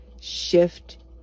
Shift